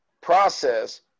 process